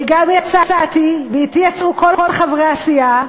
וגם יצאתי, ואתי יצאו כל חברי הסיעה,